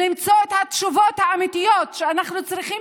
למצוא את התשובות האמיתיות שאנחנו צריכים